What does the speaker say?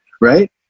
right